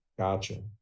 Gotcha